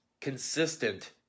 consistent